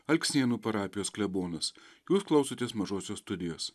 alksnėnų parapijos klebonas jūs klausotės mažosios studijos